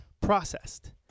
processed